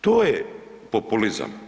To je populizam.